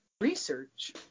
research